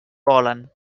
volen